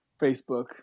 Facebook